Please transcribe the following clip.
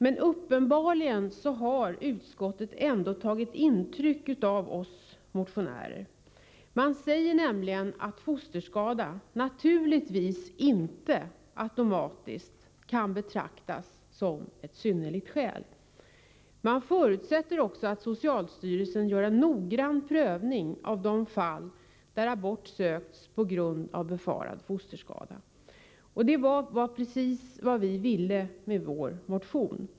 Men uppenbarligen har utskottet tagit intryck av oss motionärer. Man säger nämligen att ”fosterskada naturligtvis inte ”automatiskt” kan betraktas som ett synnerligt skäl”. Man förutsätter också att socialstyrelsen gör en noggrann prövning av de fall där abort sökts på grund av befarad fosterskada. Det var precis vad vi ville med vår motion.